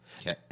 Okay